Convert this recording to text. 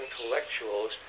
intellectuals